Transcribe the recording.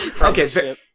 Okay